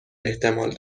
احتمال